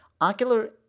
Ocular